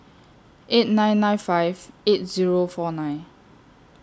eight nine nine five eight Zero four nine